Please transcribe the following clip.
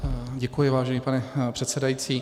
Děkuji, vážený pane předsedající.